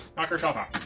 knock yourself out.